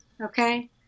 Okay